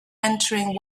entering